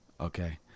okay